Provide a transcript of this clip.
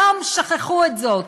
היום שכחו את זה.